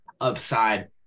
upside